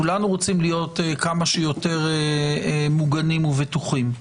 כולנו רוצים להיות כמה שיותר מוגנים ובטוחים.